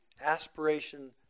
aspiration